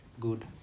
good